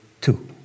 two